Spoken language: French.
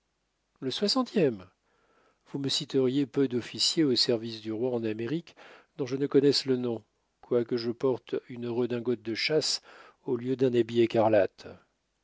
le soixantième vous me citeriez peu d'officiers au service du roi en amérique dont je ne connaisse le nom quoique je porte une redingote de chasse au lieu d'un habit écarlate